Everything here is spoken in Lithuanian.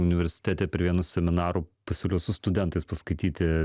universitete per vienu seminaru pasiūliau su studentais paskaityti